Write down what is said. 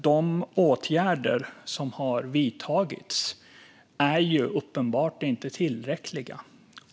De åtgärder som har vidtagits är uppenbarligen inte tillräckliga.